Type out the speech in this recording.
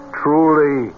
truly